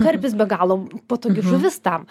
karpis be galo patogi žuvis tam